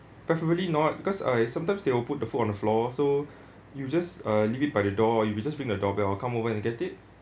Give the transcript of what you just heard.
preferably not because uh sometimes they will put the food on the floor so you just uh leave it by the door or you just ring the doorbell I'll come over and get it